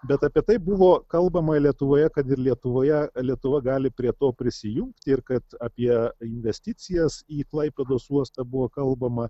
bet apie tai buvo kalbama lietuvoje kad ir lietuvoje lietuva gali prie to prisijungt ir kad apie investicijas į klaipėdos uostą buvo kalbama